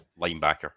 linebacker